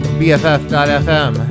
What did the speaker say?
bff.fm